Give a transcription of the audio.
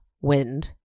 wind